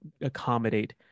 accommodate